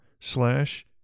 slash